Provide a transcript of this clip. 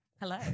Hello